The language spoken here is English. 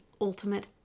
ultimate